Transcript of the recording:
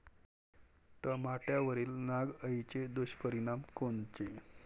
टमाट्यावरील नाग अळीचे दुष्परिणाम कोनचे?